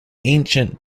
ancient